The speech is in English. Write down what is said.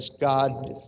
God